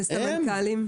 וסמנכ"לים?